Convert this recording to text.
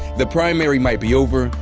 the primary might be over.